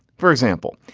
for example,